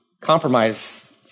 Compromise